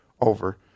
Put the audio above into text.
over